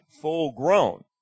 full-grown